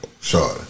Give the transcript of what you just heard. Sure